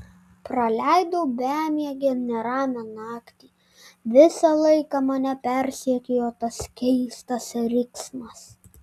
praleidau bemiegę neramią naktį visą laiką mane persekiojo tas keistas riksmas